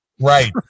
Right